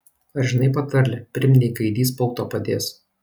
ar žinai patarlę pirm nei gaidys pautą padės